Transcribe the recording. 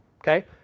Okay